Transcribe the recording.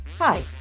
Hi